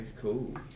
cool